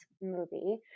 movie